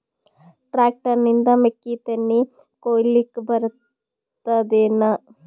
Tractor ನಿಂದ ಮೆಕ್ಕಿತೆನಿ ಕೊಯ್ಯಲಿಕ್ ಬರತದೆನ?